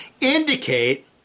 indicate